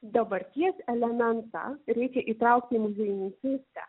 dabarties elementą reikia įtraukti į muziejininkystę